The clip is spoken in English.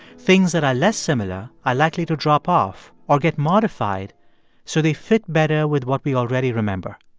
things that are less similar are likely to drop off or get modified so they fit better with what we already remember.